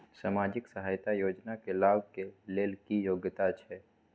सामाजिक सहायता योजना के लाभ के लेल की योग्यता छै?